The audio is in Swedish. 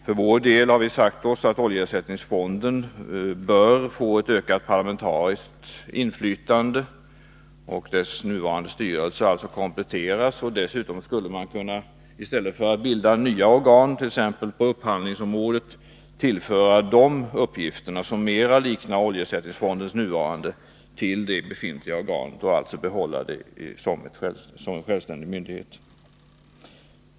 För vår del har vi också sagt oss att oljeersättningsfonden bör få ett ökat parlamentariskt inflytande och att dess nuvarande styrelse alltså bör kompletteras. Dessutom skulle man i stället för att bilda nya organ, t.ex. på upphandlingsområdet, kunna överföra de uppgifter som mera liknar oljeersättningsfondens nuvarande till det befintliga organet och alltså behålla detta som en självständig myndighet.